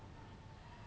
I~